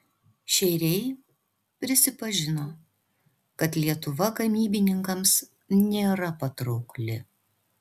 šeiriai prisipažino kad lietuva gamybininkams nėra patraukli